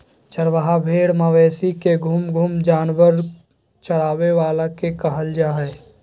चरवाहा भेड़ मवेशी के घूम घूम जानवर चराबे वाला के कहल जा हइ